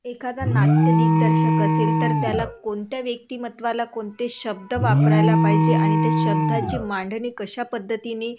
एखादा नाट्य दिग्दर्शक असेल तर त्याला कोणत्या व्यक्तिमत्त्वाला कोणते शब्द वापरायला पाहिजे आणि त्या शब्दाची मांडणी कशा पद्धतीने